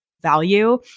value